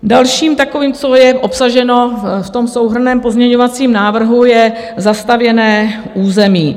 Dalším takovým, co je obsaženo v souhrnném pozměňovacím návrhu, je zastavěné území.